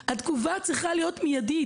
התגובה צריכה להיות מיידית.